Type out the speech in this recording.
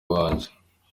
wanjye